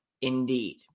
indeed